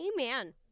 Amen